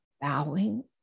bowing